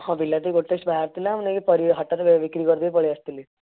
ହଁ ବିଲାତି ଗୋଟେ ବାହାରିଥିଲା ମୁଁ ନେଇକି ପରିବା ହାଟରେ ବିକ୍ରି କରି ଦେଇ ପଳାଇ ଆସିଥିଲି